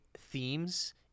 themes